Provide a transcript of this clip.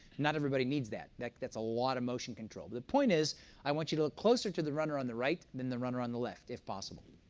not everybody needs that. that's a lot of motion control. the the point is i want you to look closer to the runner on the right than the runner on the left, if possible.